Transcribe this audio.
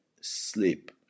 sleep